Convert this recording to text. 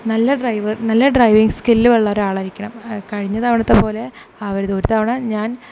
നല്ല ഡ്രൈവർ നല്ല driving skill ഉള്ള ഒരു ആൾ ആയിരിക്കണം കഴിഞ്ഞ തവണത്തെ പോലെ ആവരുത് ഒരു തവണ ഞാൻ